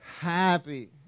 happy